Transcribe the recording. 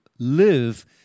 live